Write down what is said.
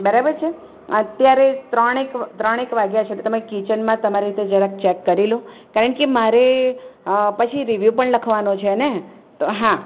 બરાબર છે અત્યારે ત્રણે ત્રણેક વાગ્યા છે તો તમે કિચનમાં તમારે ત્યાં જરાક ચેક કરી લો કારણ કે મારે પછી રિવ્યુ પણ લખવાનો છે ને તો હા